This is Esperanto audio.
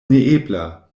neebla